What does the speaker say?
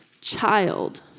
child